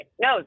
No